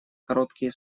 короткие